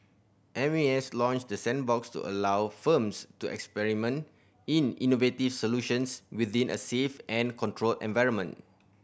M A S launched the sandbox to allow firms to experiment in innovative solutions within a safe and controlled environment